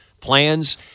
plans